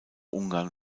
ungarn